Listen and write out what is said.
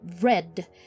red